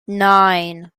nine